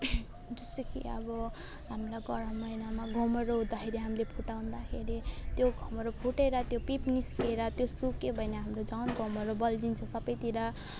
जस्तै कि अब हामीलाई गरम महिनामा घमाउरो हुँदाखेरि हामीले फुटाउँदाखेरि त्यो घमाउरो फुटेर त्यो पिप निस्किएर त्यो सुक्यो भने हाम्रो झन् घमाउरो बल्झिन्छ सबैतिर